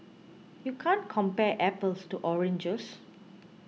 you can't compare apples to oranges